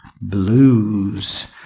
Blues